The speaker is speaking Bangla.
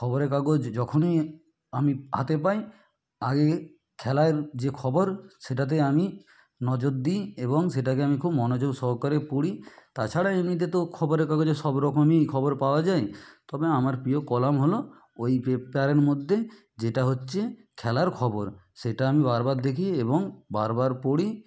খবরের কাগজ যখনই আমি হাতে পাই আগে খেলার যে খবর সেটাতে আমি নজর দিই এবং সেটাকে আমি খুব মনোযোগ সহকারে পড়ি তাছাড়া এমনিতে তো খবরের কাগজে সব রকমই খবর পাওয়া যায় তবে আমার প্রিয় কলাম হলো ওই পেপারের মধ্যে যেটা হচ্ছে খেলার খবর সেটা আমি বারবার দেখি এবং বারবার পড়ি